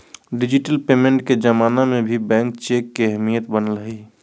digital payment के जमाना में भी बैंक चेक के अहमियत बनल हइ